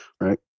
right